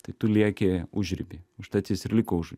tai tu lieki užriby užtat jis ir liko už